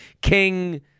king